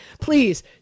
please